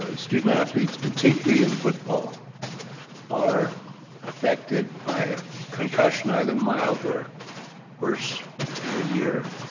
ah student athletes particularly in football are affected by concussion, either mild or worse per year?